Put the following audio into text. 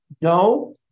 no